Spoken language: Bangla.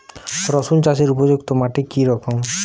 রুসুন চাষের উপযুক্ত মাটি কি রকম?